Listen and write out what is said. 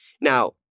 Now